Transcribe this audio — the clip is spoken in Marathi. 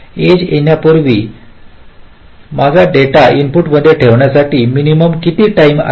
एज येण्यापूर्वी माझा डेटा इनपुटमध्ये ठेवण्यासाठी मिनिमम किती टाईम आहे